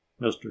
Mr